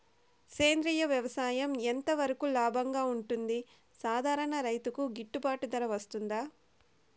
సేంద్రియ వ్యవసాయం ఎంత వరకు లాభంగా ఉంటుంది, సాధారణ రైతుకు గిట్టుబాటు ధర వస్తుందా?